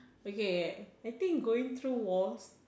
okay I think going through walls